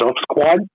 squad